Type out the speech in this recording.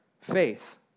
Faith